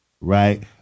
right